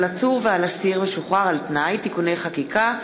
עצור ועל אסיר משוחרר על-תנאי (תיקוני חקיקה),